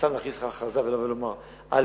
סתם להכריז לך הכרזה ולבוא ולומר א',